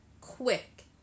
quick